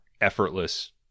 effortless